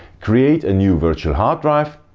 create a new virtual hard drive,